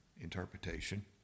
interpretation